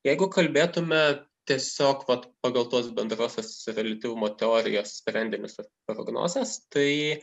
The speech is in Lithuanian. jeigu kalbėtume tiesiog vat pagal tuos bendrosios reliatyvumo teorijos sprendinius prognozės tai